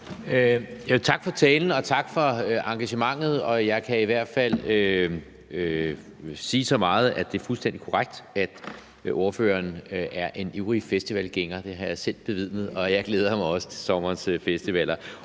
Tak for talen, og tak for engagementet. Jeg kan i hvert fald sige så meget, at det er fuldstændig korrekt, at ordføreren er en ivrig festivalgænger. Det har jeg selv bevidnet, og jeg glæder mig også til sommerens festivaler,